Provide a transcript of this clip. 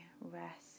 rest